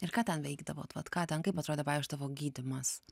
ir ką ten veikdavot vat ką ten kaip atrodė pavyzdžiui tavo gydymas